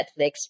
Netflix